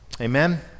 Amen